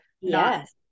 Yes